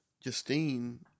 Justine